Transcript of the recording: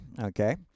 okay